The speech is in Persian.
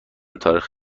تاریخ